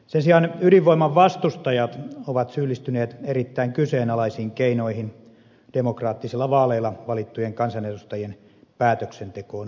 sen sijaan ydinvoiman vastustajat ovat syyllistyneet erittäin kyseenalaisiin keinoihin demokraattisilla vaaleilla valittujen kansanedustajien päätöksentekoon vaikuttamiseksi